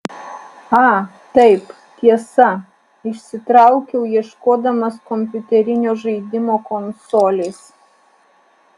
a taip tiesa išsitraukiau ieškodamas kompiuterinio žaidimo konsolės